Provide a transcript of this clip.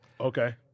Okay